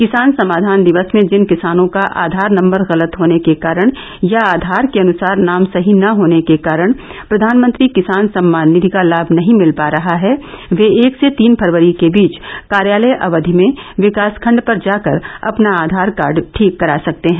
किसान समाधान दिवस में जिन किसानों का आधार नम्बर गलत होने के कारण या आधार क अनुसार नाम सही न होने के कारण प्रधानमंत्री किसान सम्मान निधि का लाम नही मिल रहा है वह एक से तीन फरवरी के बीच कार्यलय अवधि में विकास खण्ड पर जाकर अपना आधार कार्ड ठीक करा सकते हैं